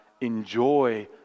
enjoy